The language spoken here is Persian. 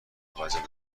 وجب